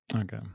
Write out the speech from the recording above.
okay